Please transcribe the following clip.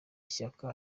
shyaka